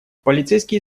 полицейские